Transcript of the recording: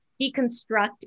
deconstruct